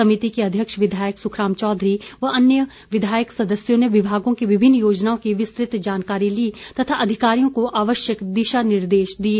समिति के अध्यक्ष विधायक सुखराम चौधरी व अन्य विधायक सदस्यों ने विभागों की विभिन्न योजनाओं की विस्तृत जानकारी ली तथा अधिकारियों को आवश्यक दिशा निर्देश दिये